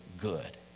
good